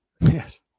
Yes